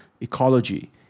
ecology